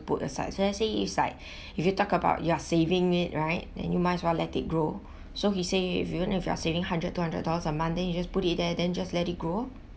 put aside so let's say it is like if you talk about you are saving it right then you might as well let it grow so he say if you want if you are saving hundred two hundred dollars a month then you just put it there then just let it grow